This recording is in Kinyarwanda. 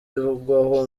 ivugwaho